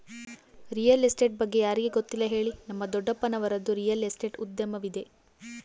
real estate ಬಗ್ಗೆ ಯಾರಿಗೆ ಗೊತ್ತಿಲ್ಲ ಹೇಳಿ, ನಮ್ಮ ದೊಡ್ಡಪ್ಪನವರದ್ದು ರಿಯಲ್ ಎಸ್ಟೇಟ್ ಉದ್ಯಮವಿದೆ